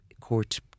court